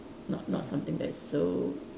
not not something that is so